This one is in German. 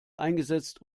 eingesetzt